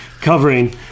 covering